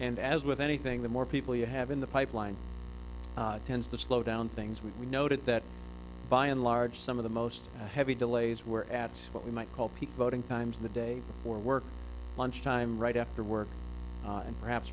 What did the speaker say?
and as with anything the more people you have in the pipeline tends to slow down things we noted that by and large some of the most heavy delays were at what we might call peak boating times the day before work lunchtime right after work and perhaps